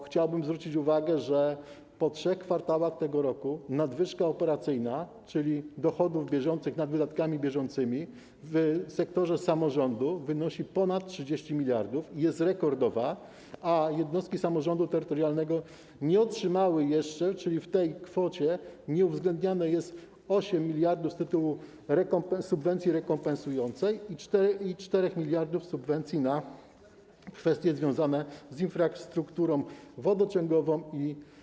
Chciałbym zwrócić uwagę, że po trzech kwartałach tego roku nadwyżka operacyjna, czyli dochodów bieżących nad wydatkami bieżącymi, w sektorze samorządu wynosi ponad 30 mld i jest rekordowa, a jednostki samorządu terytorialnego nie otrzymały jeszcze, czyli w tej kwocie nie jest to uwzględniane, 8 mld z tytułu subwencji rekompensującej i 4 mld z tytułu subwencji na kwestie związane z infrastrukturą wodociągową i kanalizacyjną.